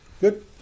Good